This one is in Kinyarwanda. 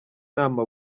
nama